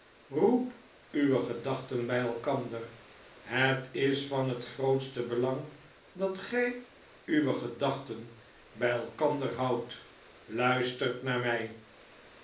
roep uwe gedachten by elkander het is van het grootste belang dat gy uwe gedachten by elkander houdt iuister naar mij